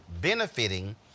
benefiting